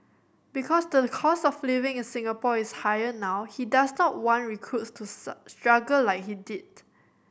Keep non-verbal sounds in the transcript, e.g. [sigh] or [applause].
because the cost of living in Singapore is higher now he does not want recruits to [unintelligible] struggle like he did